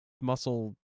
muscle